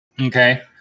Okay